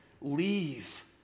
leave